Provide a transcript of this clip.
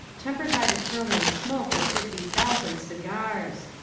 tempered by the curling smoke of fifty thousand cigars.